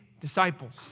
disciples